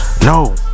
no